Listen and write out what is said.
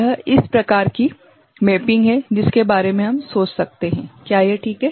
यह एक प्रकार की मैपिंग है जिसके बारे में हम सोच सकते हैं क्या यह ठीक है